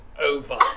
over